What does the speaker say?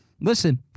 Listen